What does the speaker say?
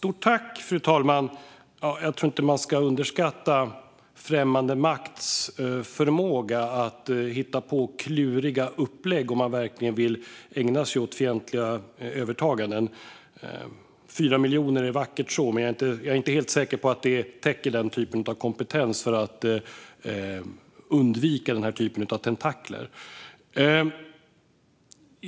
Fru talman! Jag tror inte att man ska underskatta främmande makters förmåga att hitta på kluriga upplägg om de verkligen vill ägna sig åt fientliga övertaganden. 4 miljoner är vackert så, men jag är inte helt säker på att det täcker kompetens för att undvika den typen av tentakler.